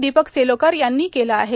दीपक सेलोकर यांनी केलं आहे